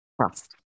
trust